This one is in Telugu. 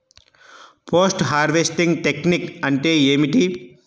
పోస్ట్ హార్వెస్టింగ్ టెక్నిక్ అంటే ఏమిటీ?